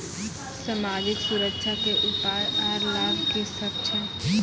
समाजिक सुरक्षा के उपाय आर लाभ की सभ छै?